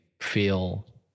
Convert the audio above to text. feel